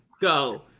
go